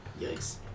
Yikes